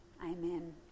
Amen